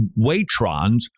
Waitrons